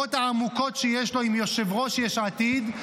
המחלוקות העמוקות שיש לו עם יושב-ראש יש עתיד,